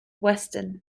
weston